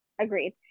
agreed